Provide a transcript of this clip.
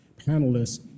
panelists